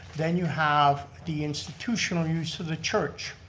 then you have the institutional use of the church.